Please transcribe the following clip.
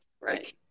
Right